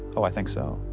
oh, i think so.